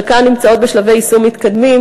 חלקן נמצאות בשלבי יישום מתקדמים,